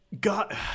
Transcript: god